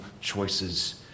choices